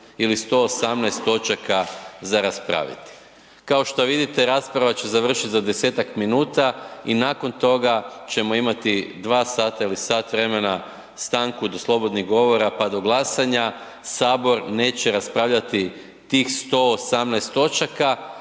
ili 118 točaka za raspraviti. Kao što vidite rasprava će završiti za desetak minuta i nakon toga ćemo imati dva sata ili sat vremena stanku do slobodnih govora pa do glasanja, Sabor neće raspravljati tih 118 točaka